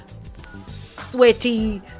sweaty